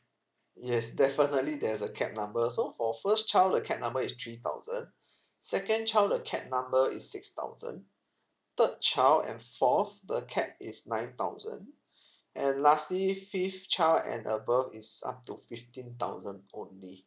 yes definitely there's a cap number so for first child the cap number is three thousand second child the cap number is six thousand third child and fourth the cap is nine thousand and lastly fifth child and above is up to fifteen thousand only